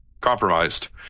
compromised